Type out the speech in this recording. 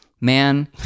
man